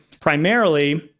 primarily